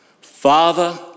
Father